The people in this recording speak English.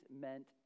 meant